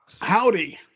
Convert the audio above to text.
Howdy